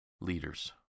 leaders